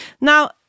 now